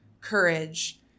courage